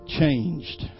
changed